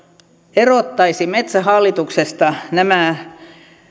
erottaisi metsähallituksesta nämä